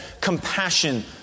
compassion